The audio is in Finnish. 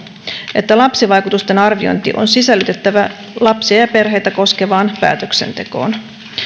että lapsivaikutusten arviointi on sisällytettävä lapsia ja perheitä koskevaan päätöksentekoon